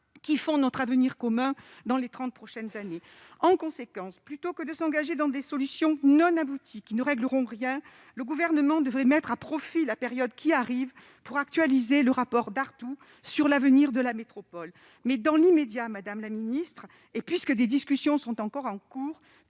qui feront notre avenir commun pour les trente prochaines années. En conséquence, plutôt que de s'engager dans des solutions non abouties qui ne régleront rien, le Gouvernement devrait mettre à profit la période qui arrive pour actualiser le rapport Dartout sur l'avenir de la métropole. Dans l'immédiat, madame la secrétaire d'État, puisque des discussions sont en cours,